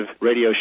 radio